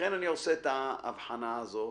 לכן אני עושה את האבחנה הזאת.